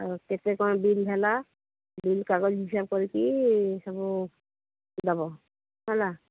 ଆଉ କେତେ କ'ଣ ବିଲ୍ ହେଲା ବିଲ୍ କାଗଜ ହିସାବ କରିକି ସବୁ ଦେବ ହେଲା